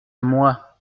moi